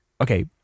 Okay